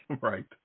Right